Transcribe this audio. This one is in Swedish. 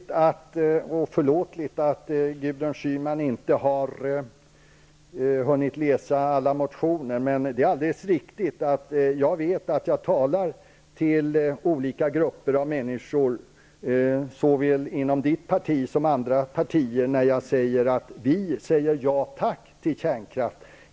Herr talman! Det är ju tydligt -- och förlåtligt -- att Gudrun Schyman inte har hunnit läsa alla motioner. Men det är alldeles riktigt att jag vet att jag talar till olika grupper av människor, såväl inom Gudrun Schymans parti som inom andra partier, när jag framhåller att vi säger ja tack till kärnkraft.